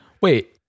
Wait